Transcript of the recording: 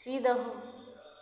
C दहौ